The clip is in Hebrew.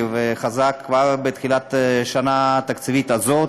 וחזק כבר בתחילת השנה התקציבית הזאת,